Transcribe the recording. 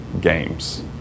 games